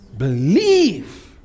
Believe